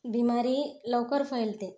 बिमारी लवकर फैलते